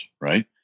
right